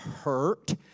hurt